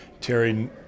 Terry